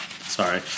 sorry